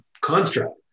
construct